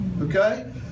okay